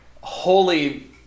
holy